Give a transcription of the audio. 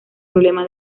problema